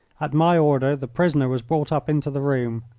at my order the prisoner was brought up into the room.